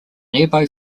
nearby